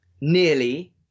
nearly